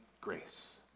grace